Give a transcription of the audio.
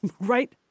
right